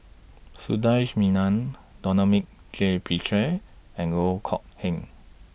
Sundaresh Menon Dominic J Puthucheary and Loh Kok Heng